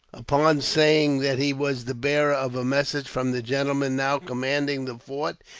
upon saying that he was the bearer of a message from the gentleman now commanding the fort,